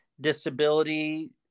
disability